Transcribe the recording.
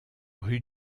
rue